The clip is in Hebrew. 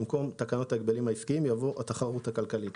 במקום "ההגבלים העסקיים" יבוא "התחרות הכלכלית".